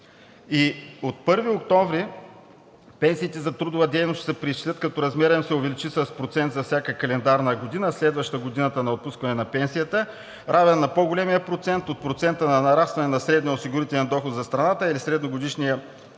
г. От 1 октомври пенсиите за трудова дейност ще се преизчислят, като размерът им се увеличи с процент за всяка календарна година, следваща година на отпускане на пенсията, равен на по-големия процент от процента на нарастване на средния осигурителен доход за страната или средногодишния индекс